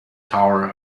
tower